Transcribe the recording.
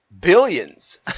billions